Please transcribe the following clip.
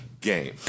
Game